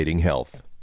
health